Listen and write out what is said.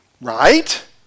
Right